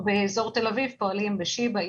באזור תל אביב פועלים בשיבא,